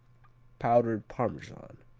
powdered parmesan,